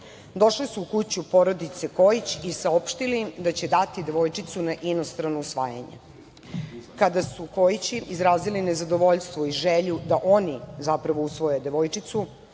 Došli su u kuću porodice Kojić i saopštili im da će dati devojčicu na inostrano usvajanje. Kada su Kojići izrazili nezadovoljstvo i želju da oni zapravo usvoje devojčicu